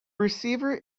receiver